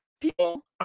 people